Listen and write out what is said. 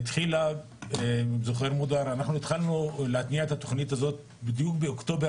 אנחנו התחלנו להתניע את התוכנית הזו בדיוק באוקטובר